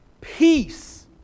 Peace